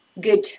good